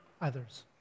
others